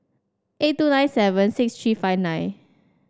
eight two nine seven six three five nine